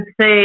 say